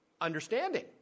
Understanding